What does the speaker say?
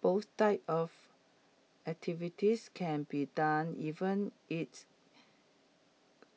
both types of activities can be done even its